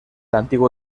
antiguo